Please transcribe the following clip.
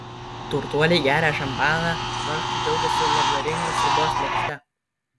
turtuoliai geria šampaną vargšai džiaugiasi labdaringa sriubos lėkšte